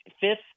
fifth